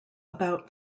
about